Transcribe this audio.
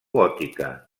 gòtica